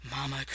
mama